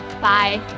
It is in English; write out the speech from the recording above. Bye